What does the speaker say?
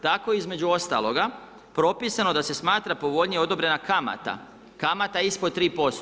Tako je između ostaloga propisano da se smatra povoljnije odobrena kamata, kamata ispod 3%